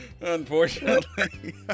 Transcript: Unfortunately